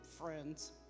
friends